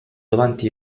davanti